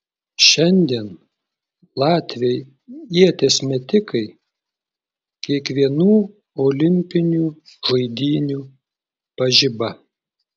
šiandien latviai ieties metikai kiekvienų olimpinių žaidynių pažiba